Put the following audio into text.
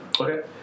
Okay